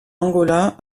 angola